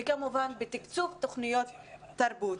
וכמובן בתקצוב תכניות תרבות.